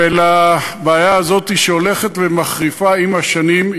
ולבעיה הזאת שהולכת ומחריפה עם השנים,